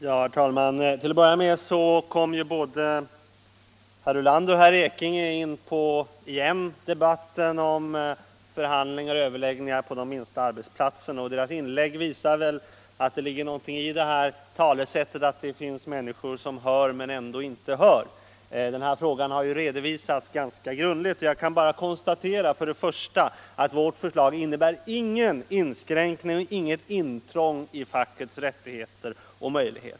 Herr talman! Till att börja med kom ju både herr Ulander och herr Ekinge återigen in på debatten om förhandlingar och överläggningar på de minsta arbetsplatserna. Deras inlägg visar att det ligger något i talesättet att det finns människor som hör men ändå inte hör. Denna fråga har redovisats ganska grundligt. Jag kan bara för det första konstatera att vårt förslag inte innebär något intrång i fackets rättigheter och möjligheter.